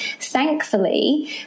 thankfully